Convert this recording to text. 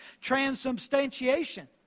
transubstantiation